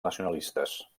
nacionalistes